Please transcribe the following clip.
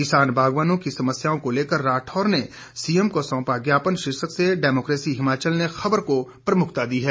किसान बागवानों की समस्याओं को लेकर राठौर ने सीएम को सौंपा ज्ञापन शीर्षक से डेमोकेसी हिमाचल ने खबर को प्रमुखता दी है